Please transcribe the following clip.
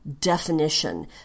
definition